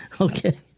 Okay